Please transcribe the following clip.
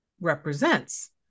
represents